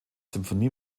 symphony